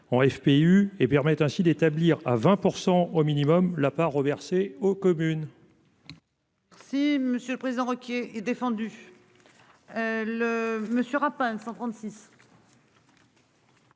ont AFP U et permet ainsi d'établir à 20% au minimum la part reversée aux communes.--